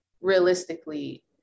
realistically